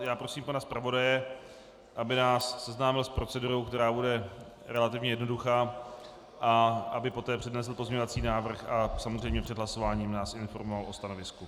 Já prosím pana zpravodaje, aby nás seznámil s procedurou, která bude relativně jednoduchá, a aby poté přednesl pozměňovací návrh a samozřejmě před hlasováním nás informoval o stanovisku.